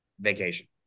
Vacation